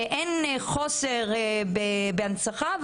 אין חוסר בהנצחה.